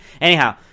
Anyhow